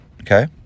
okay